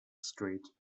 street